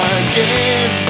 again